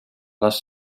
les